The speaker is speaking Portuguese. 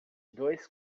dois